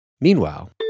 Meanwhile